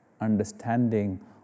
understanding